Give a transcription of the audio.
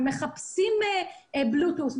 מחפשים בלוטוס,